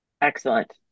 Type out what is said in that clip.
Excellent